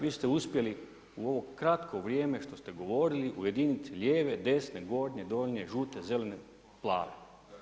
Vi ste uspjeli u ovo kratko vrijeme što ste govorili ujediniti lijeve, desne, gornje, donje, žute, zelene, plave.